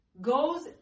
goes